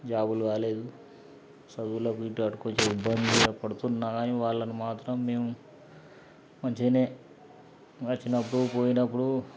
జాబులు రాలేదు చదువులు కొంచెం ఇబ్బంది పడుతున్నాగానీ వాళ్ళను మాత్రం మేము మంచిగానే వచ్చినప్పుడు పోయినప్పుడు